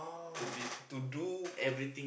to be to do to